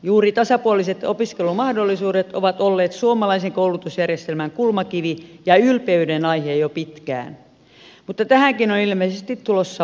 juuri tasapuoliset opiskelumahdollisuudet ovat olleet suomalaisen koulutusjärjestelmän kulmakivi ja ylpeydenaihe jo pitkään mutta tähänkin on ilmeisesti tulossa muutos